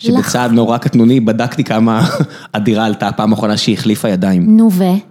שבצעד נורא קטנוני בדקתי כמה הדירה עלתה בפעם האחרונה שהיא החליפה ידיים -נו ו...